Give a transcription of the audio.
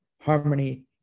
Harmony